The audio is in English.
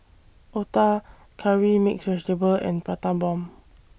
Otah Curry Mixed Vegetable and Prata Bomb